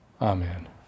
Amen